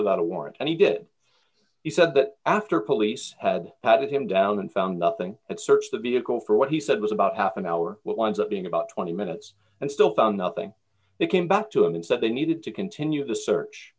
without a warrant and he did he said that after police had patted him down and found nothing that searched the vehicle for what he said was about half an hour winds up being about twenty minutes and still found nothing that came back to him and said they needed to continue the search